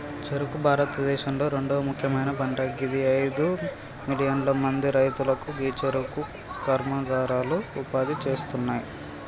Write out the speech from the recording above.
చెఱుకు భారతదేశంలొ రెండవ ముఖ్యమైన పంట గిది అయిదు మిలియన్ల మంది రైతులకు గీ చెఱుకు కర్మాగారాలు ఉపాధి ఇస్తున్నాయి